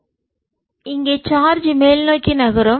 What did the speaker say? எனவே இங்கே சார்ஜ் மேல் நோக்கி நகரும்